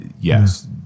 yes